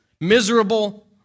miserable